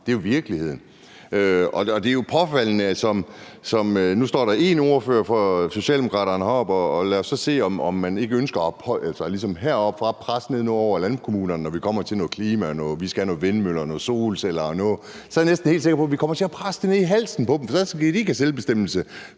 Det er jo virkeligheden. Og det er jo påfaldende. Nu står der en ordfører for Socialdemokraterne heroppe, og lad os så se, om man ikke ønsker heroppefra at presse noget ned over landkommunerne, når vi kommer til klima og sådan noget. Vi skal have nogle vindmøller, nogle solceller og noget, og så er jeg næsten helt sikker på, at vi kommer til at presse det ned i halsen på dem. Så skal de ikke have selvbestemmelse,